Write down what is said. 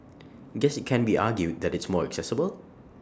guess IT can be argued that it's more accessible